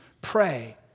pray